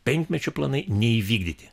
penkmečio planai neįvykdyti